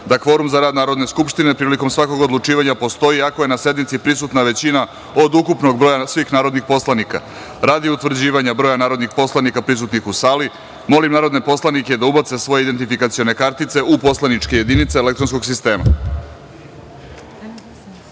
da kvorum za rad Narodne skupštine prilikom svakog odlučivanja postoji ako je na sednici prisutna većina od ukupnog broja svih narodnih poslanika. Radi utvrđivanja broja narodnih poslanika prisutnih u sali, molim narodne poslanike da ubace svoje identifikacione kartice u poslaničke jedinice elektronskog sistema